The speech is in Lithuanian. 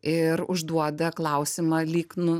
ir užduoda klausimą lyg nu